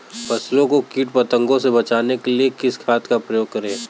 फसलों को कीट पतंगों से बचाने के लिए किस खाद का प्रयोग करें?